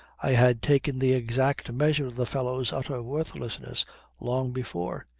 i had taken the exact measure of the fellow's utter worthlessness long before.